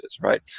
right